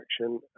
action